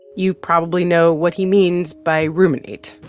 you probably know what he means by ruminate